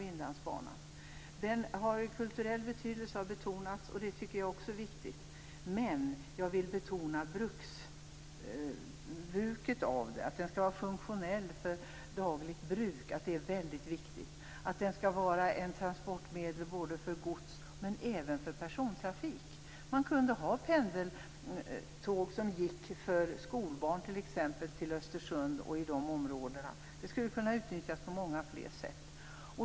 Inlandsbanans kulturella betydelse har betonats, och det är viktigt. Jag vill däremot betona bruksaspekten, att den skall vara funktionell i dagligt bruk. Den skall vara ett transportmedel för både gods och persontrafik. Det kunde t.ex. finnas pendeltåg för skolbarn som skall till Östersund. Banan skulle kunna utnyttjas på många fler sätt.